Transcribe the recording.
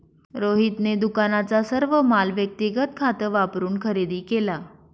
रोहितने दुकानाचा सर्व माल व्यक्तिगत खात वापरून खरेदी केला